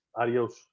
Adios